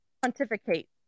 pontificate